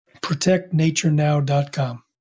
protectnaturenow.com